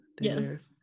Yes